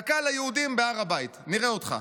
דקה ליהודים בהר הבית, נראה אותך.